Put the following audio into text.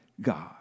God